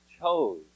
chose